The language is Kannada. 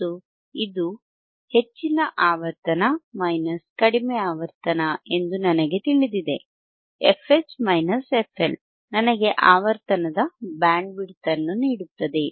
ಮತ್ತು ಇದು ಹೆಚ್ಚಿನ ಆವರ್ತನ ಕಡಿಮೆ ಆವರ್ತನ ಎಂದು ನನಗೆ ತಿಳಿದಿದೆ fH fL ನನಗೆ ಆವರ್ತನದ ಬ್ಯಾಂಡ್ವಿಡ್ತ್ ನೀಡುತ್ತದೆ